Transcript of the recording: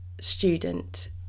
student